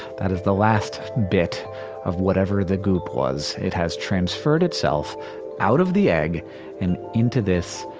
that is the last bit of whatever the goop was. it has transferred itself out of the egg and into this.